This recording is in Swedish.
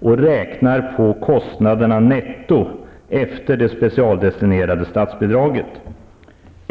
och räknar på kostnaderna netto, efter det specialdestinerade statsbidraget.